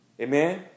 Amen